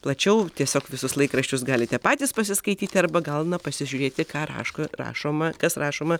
plačiau tiesiog visus laikraščius galite patys pasiskaityti arba gal na pasižiūrėti ką raško rašoma kas rašoma